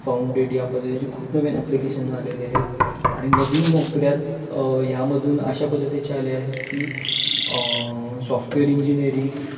founded या पद्धतीची खूप नवीन ॲप्लिकेशन आलेले आहेत आणि नवीन नोकऱ्या ह्यामधून अशा पद्धतीचे आल्या आहेत की सॉफ्टवेअर इंजिनिअरिंग